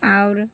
आओर